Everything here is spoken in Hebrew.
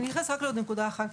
אתייחס רק לעוד נקודה אחת.